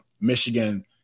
Michigan